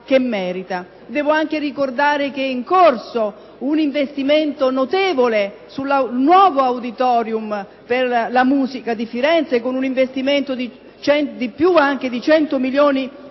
Devo anche ricordare che è in corso un investimento notevole per il nuovo auditorium per la musica di Firenze, con un investimento di oltre 100 milioni di euro